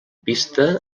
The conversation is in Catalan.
pista